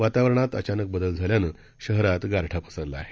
वातावरणात अचानक बदल झाल्यानं शहरात गारठा पसरला आहे